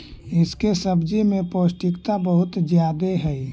इसके सब्जी में पौष्टिकता बहुत ज्यादे हई